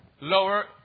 lower